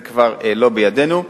זה כבר לא בידינו.